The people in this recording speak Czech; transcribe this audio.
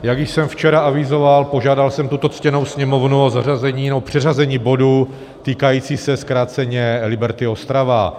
Jak již jsem včera avizoval, požádal jsem tuto ctěnou Sněmovnu o zařazení nebo přeřazení bodu týkajícího se zkráceně Liberty Ostrava.